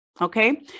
Okay